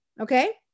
okay